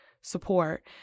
support